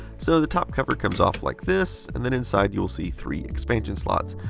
so, the top cover comes off like this. and then inside you will see three expansion slots.